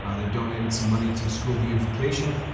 ah they've donated some money to school beautification,